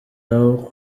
abo